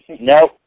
No